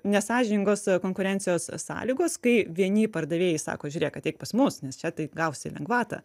nesąžiningos konkurencijos sąlygos kai vieni pardavėjai sako žiūrėk ateik pas mus nes čia tu gausi lengvatą